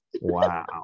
Wow